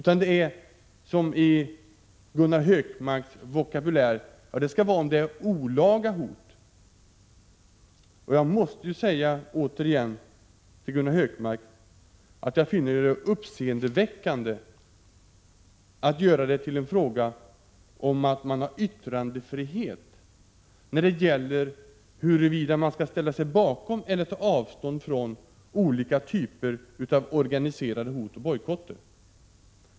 Enligt Gunnar Hökmarks vokabulär måste det vara fråga om olaga hot. Jag vill återigen säga till Gunnar Hökmark att jag finner det uppseendeväckande att man gör det till en fråga om yttrandefrihet huruvida man skall ställa sig bakom eller ta avstånd från olika typer av organiserade hot och bojkotter.